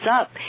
up